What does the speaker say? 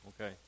Okay